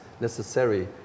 necessary